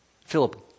Philip